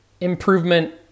improvement